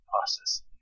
process